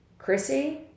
Chrissy